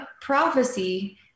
prophecy